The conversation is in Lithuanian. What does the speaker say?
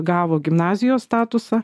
gavo gimnazijos statusą